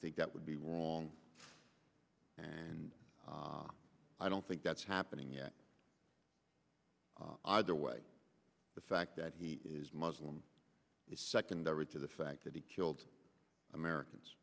think that would be wrong and i don't think that's happening at either way the fact that he is muslim is secondary to the fact that he killed americans